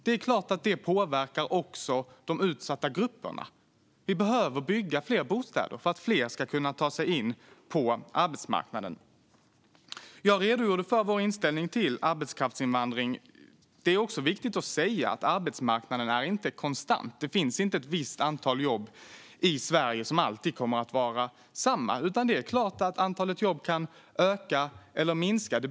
Det är klart att det påverkar också de utsatta grupperna. Vi behöver bygga fler bostäder för att fler ska kunna ta sig in på arbetsmarknaden. Jag redogjorde för vår inställning till arbetskraftsinvandring. Det är också viktigt att säga att arbetsmarknaden inte är konstant. Det finns inte ett visst antal jobb i Sverige som alltid kommer att vara detsamma. Det är klart att antalet jobb kan öka eller minska.